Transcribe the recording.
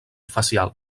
facial